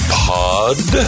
pod